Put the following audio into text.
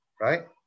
Right